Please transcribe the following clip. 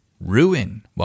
Ruin